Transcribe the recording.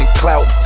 Clout